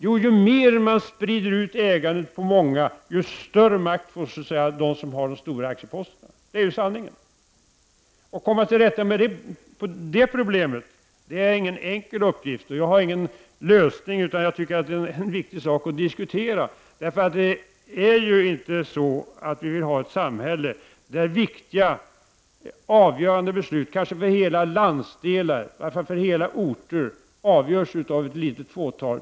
Jo, ju mer man sprider ut ägandet på många, desto större makt får de som har de stora aktieposterna. Det är ju sanningen. Att komma till rätta med det problemet är ingen enkel uppgift. Jag har ingen lösning, men jag tycker att det är en viktig sak att diskutera. Vi vill ju inte ha ett samhälle där avgörande beslut, kanske för hela landsdelar och i varje fall för hela orter, avgörs av ett litet fåtal.